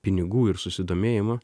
pinigų ir susidomėjimo